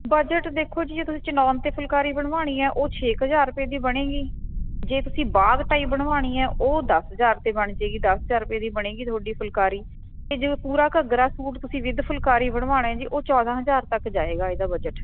budget ਦੇਖੋ ਜੇ ਤੁਸੀਂ ਚਨੋਣ 'ਤੇ ਫੁੱਲਕਾਰੀ ਬਣਵਾਣੀ ਉਹ ਛੇ ਕੁ ਹਜ਼ਾਰ ਰੁਪਏ ਦੀ ਬਣੇਗੀ ਜੇ ਤੁਸੀਂ ਬਾਗ਼ ਟਾਈਪ ਬਣਵਾਉਣੀ ਹੈ ਉਹ ਦਸ ਹਜ਼ਾਰ 'ਤੇ ਬਣਜੇਗੀ ਦਸ ਹਜ਼ਾਰ ਰੁਪਏ ਦੀ ਬਣੇਗੀ ਥੋਡੀ ਫੁੱਲਾਕਾਰੀ ਅਤੇ ਜੇ ਪੂਰਾ ਘੱਗਰਾ ਸੂਟ ਤੁਸੀਂ ਵਿੱਦ ਫੁੱਲਕਾਰੀ ਬਣਵਾਣਾ ਹੈ ਜੀ ਉਹ ਚੌਦਾਂ ਹਜ਼ਾਰ ਤੱਕ ਜਾਏਗਾ ਇਹਦਾ ਬਜਟ